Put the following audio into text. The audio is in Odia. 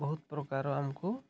ବହୁତ ପ୍ରକାର ଆମକୁ